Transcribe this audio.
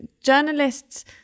journalists